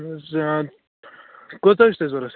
یہِ حظ کوٗتاہ چھُو تۅہہِ ضروٗرت